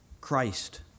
Christ